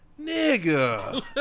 nigga